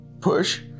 push